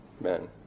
men